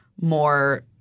more